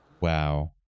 Wow